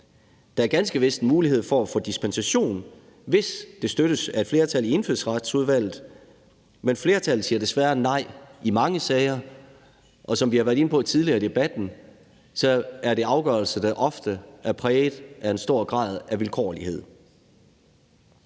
Der er ganske vist en mulighed for at få dispensation, hvis det støttes af et flertal i Indfødsretsudvalget, men flertallet siger desværre nej i mange sager, og som vi har været inde på tidligere i debatten, er det afgørelser, der ofte er præget af en stor grad af vilkårlighed.